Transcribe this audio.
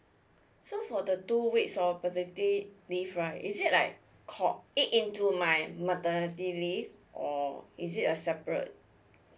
so for the two weeks of paternity leave right is it like co~ eat into my maternity leave or is it a separate